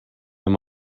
amb